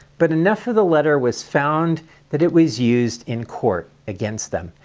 but enough of the letter was found that it was used in court against them,